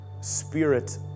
spirit